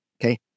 Okay